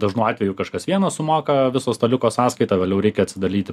dažnu atveju kažkas vienas sumoka viso staliuko sąskaita vėliau reikia atsidalyti